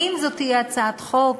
אם זו תהיה הצעת חוק,